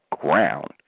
ground